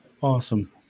Awesome